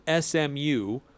SMU